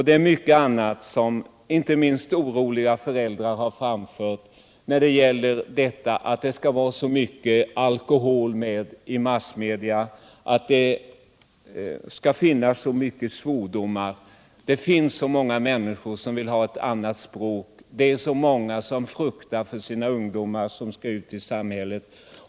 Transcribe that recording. Det är mycket annat som inte minst oroliga föräldrar framfört: Att det skall vara så mycket alkohol med i massmedia, att det skall förekomma så mycket svordomar! Det finns många människor som vill ha ett annat språk. Det är många som fruktar för sina ungdomar, som skall ut i samhället.